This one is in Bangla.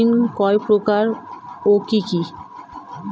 ঋণ কয় প্রকার ও কি কি?